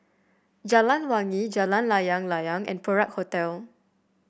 Jalan Wangi Jalan Layang Layang and Perak Hotel